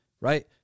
right